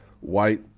white